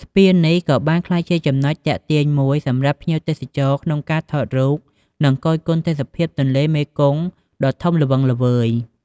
ស្ពាននេះក៏បានក្លាយជាចំណុចទាក់ទាញមួយសម្រាប់ភ្ញៀវទេសចរក្នុងការថតរូប និងគយគន់ទេសភាពទន្លេមេគង្គដ៏ធំល្វឹងល្វើយ។